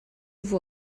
vous